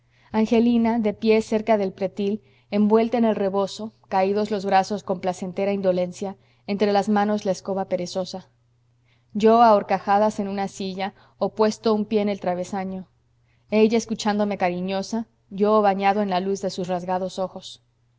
angelina de pie cerca del pretil envuelta en el rebozo caídos los brazos con placentera indolencia entre las manos la escoba perezosa yo a horcajadas en una silla o puesto un pie en el travesaño ella escuchándome cariñosa yo bañado en la luz de sus rasgados ojos